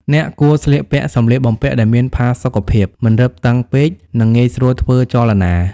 អ្នកគួរស្លៀកពាក់សម្លៀកបំពាក់ដែលមានផាសុកភាព មិនរឹបតឹងពេក និងងាយស្រួលធ្វើចលនា។